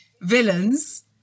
villains